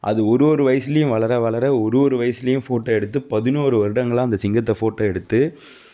அது ஒரு ஒரு வயிசுலேயும் வளர வளர ஒரு ஒரு வயிசுலேயும் ஃபோட்டோ எடுத்து பதினோரு வருடங்களாக அந்த சிங்கத்தை ஃபோட்டோ எடுத்து